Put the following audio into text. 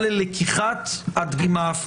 יוצאים מנקודת הנחה שהנפגעת שהגיע לחדר האקוטי היא במצב